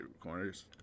corners